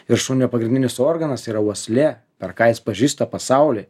ir šunio pagrindinis organas yra uoslė per ką jis pažįsta pasaulį